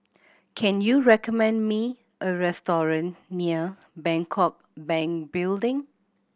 can you recommend me a restaurant near Bangkok Bank Building